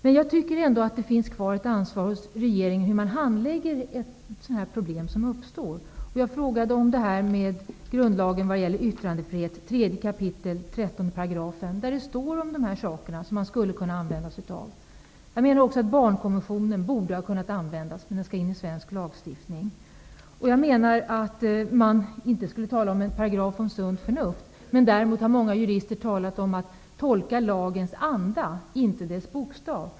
Regeringen har ändå ansvar för hur man handlägger sådana här problem när de uppstår. Jag frågade om detta med grundlagen när det gäller yttrandefrihet, 3 kap. 13 §. Den regeln skulle man kunna använda sig av. Barnkonventionen borde också ha kunnat användas, men den skall införas i svensk lagstiftning. Man behöver inte ha någon paragraf om sunt förnuft, men många jurister har talat om att man skall tolka lagens anda, inte dess bokstav.